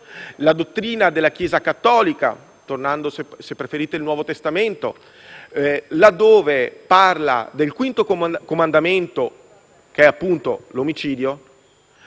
La dottrina della Chiesa cattolica, tornando, se preferite, al Nuovo Testamento, laddove parla del quinto comandamento, che riguarda appunto l'omicidio,